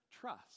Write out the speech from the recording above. trust